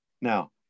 Now